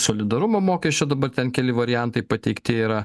solidarumo mokesčio dabar ten keli variantai pateikti yra